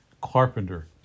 carpenter